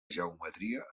geometria